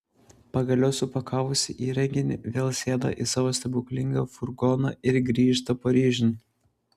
pagaliau supakavusi įrenginį vėl sėda į savo stebuklingą furgoną ir grįžta paryžiun